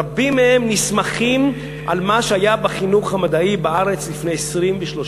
רבים מהם נסמכים על מה שהיה בחינוך המדעי בארץ לפני 30-20 שנה.